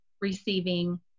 receiving